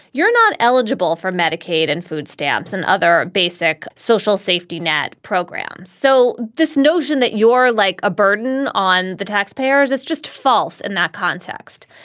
you're not eligible for medicaid and food stamps and other basic social safety net programs. so this notion that you're like a burden on the taxpayers is just false in that context.